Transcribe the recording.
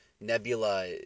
Nebula